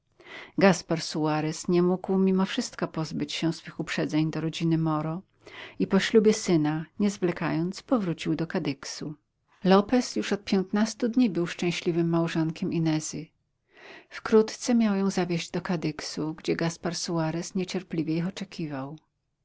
gaspar suarez nie mógł mimo wszystko pozbyć się swych uprzedzeń do rodziny moro i po ślubie syna nie zwlekajcie powrócił do kadyksu lopez już od piętnastu dni był szczęśliwym małżonkiem inezy wkrótce miał ją zawieść do kadyksu gdzie gaspar suarez niecierpliwie ich oczekiwał